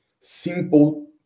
simple